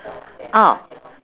ah